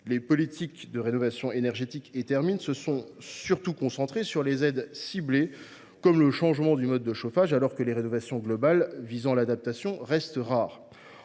Les politiques de rénovation énergétique et thermique se sont surtout concentrées sur des aides ciblées, comme le changement du mode de chauffage, alors que les rénovations globales visant l’adaptation restent rares.